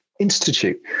Institute